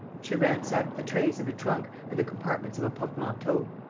she ransacked the trays of a trunk and the compartments of a portmanteau.